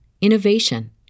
innovation